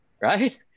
right